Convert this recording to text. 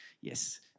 yes